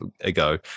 ago